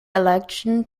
election